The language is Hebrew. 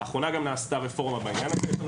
לאחרונה גם נעשתה רפורמה בעניין הזה.